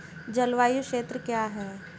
जलवायु क्षेत्र क्या है?